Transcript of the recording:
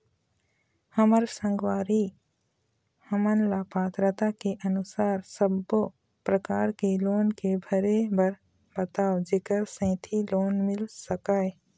हमर संगवारी हमन ला पात्रता के अनुसार सब्बो प्रकार के लोन के भरे बर बताव जेकर सेंथी लोन मिल सकाए?